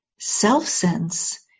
Self-sense